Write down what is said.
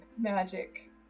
magic